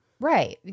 Right